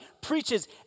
preaches